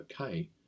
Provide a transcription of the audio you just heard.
okay